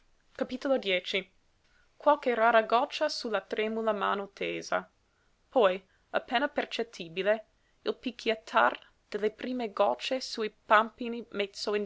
benefattore qualche rara goccia su la tremula mano tesa poi appena percettibile il picchiettar delle prime gocce su i pàmpini mezzo